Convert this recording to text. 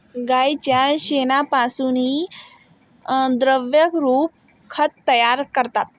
गाईच्या शेणापासूनही द्रवरूप खत तयार करतात